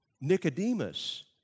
Nicodemus